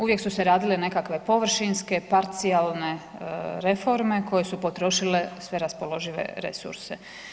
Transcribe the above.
Uvijek su se radile nekakve površinske, parcijalne reforme koje su potrošile sve raspoložive resurse.